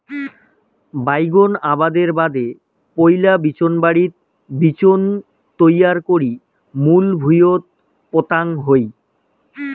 বাইগোন আবাদের বাদে পৈলা বিচোনবাড়িত বিচোন তৈয়ার করি মূল ভুঁইয়ত পোতাং হই